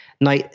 Now